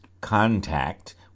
contact